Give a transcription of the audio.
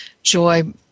Joy